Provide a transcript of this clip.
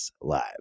live